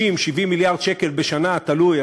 60 70 מיליארד שקל בשנה, תלוי.